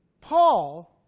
Paul